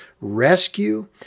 rescue